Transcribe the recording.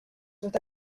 sont